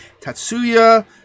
Tatsuya